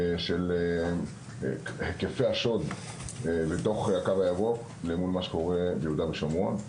של היקפי השוד בתוך הקו הירוק למול מה שקורה ביהודה ושומרון.